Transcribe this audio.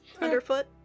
underfoot